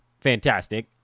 fantastic